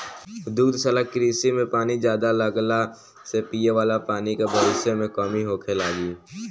दुग्धशाला कृषि में पानी ज्यादा लगला से पिये वाला पानी के भविष्य में कमी होखे लागि